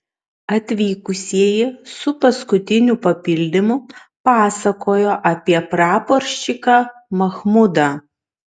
atvykusieji su paskutiniu papildymu pasakojo apie praporščiką machmudą